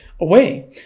away